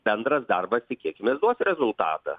bendras darbas tikėkimės duos rezultatą